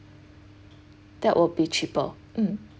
that will be cheaper mm